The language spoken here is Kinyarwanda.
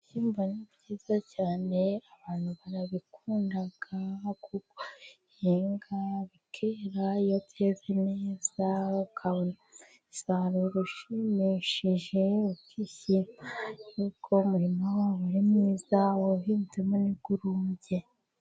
Ibyishyimbo ni byiza cyane, abantu barabikunda, kuko babihinga bikera, iyo byeze neza bakabona umusaruro ushimishije, ukishima kuko umurima wabo ari mwiza bawuhinzemo nt'urumbye.